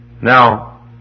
Now